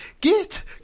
Get